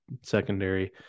secondary